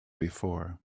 before